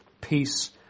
peace